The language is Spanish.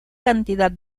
cantidad